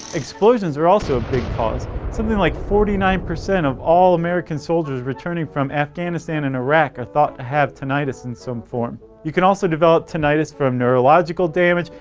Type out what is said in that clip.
explosions are also a big cause something like forty nine percent of all american soldiers returning from afghanistan and iraq are thought to have tinnitus in some form. you can also develop tinnitus from neurological damage,